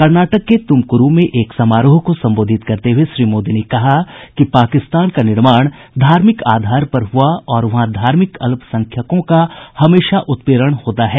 कर्नाटक के तुमकुरू में एक समारोह को संबोधित करते हुए श्री मोदी ने कहा कि पाकिस्तान का निर्माण धार्मिक आधार पर हुआ और वहां धार्मिक अल्पसंख्यकों का हमेशा उत्पीड़न होता है